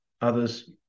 others